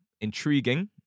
intriguing